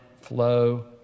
flow